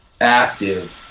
active